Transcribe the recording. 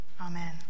Amen